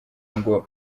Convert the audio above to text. ngo